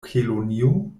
kelonio